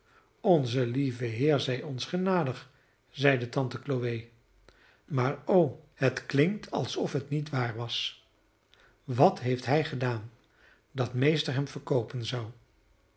onze lieve heer zij ons genadig zeide tante chloe maar o het klinkt alsof het niet waar was wat heeft hij gedaan dat meester hem verkoopen zou